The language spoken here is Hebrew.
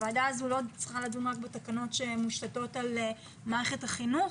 הוועדה הזו לא צריכה לדון רק בתקנות שמושתתות על מערכת החינוך